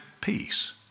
Peace